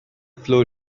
floor